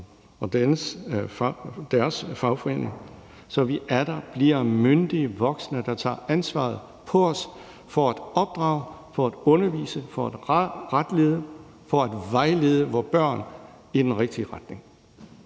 og deres fagforening, så vi atter bliver myndige voksne, der tager ansvaret på os for at opdrage, for at undervise og for at retlede og vejlede vore børn i den rigtige retning.